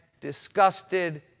disgusted